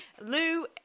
Lou